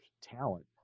talent